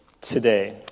today